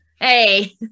Hey